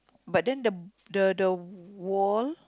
but then the the the wall